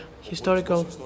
historical